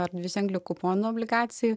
ar dviženkliu kuponu obligacijų